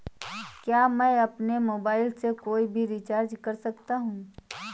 क्या मैं अपने मोबाइल से कोई भी रिचार्ज कर सकता हूँ?